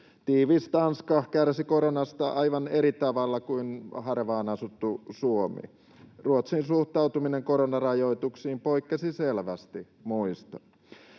Tiivis Tanska kärsi koronasta aivan eri tavalla kuin harvaan asuttu Suomi. Ruotsin suhtautuminen koronarajoituksiin poikkesi selvästi muista.